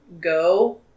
go